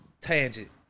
tangent